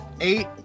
eight